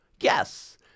Yes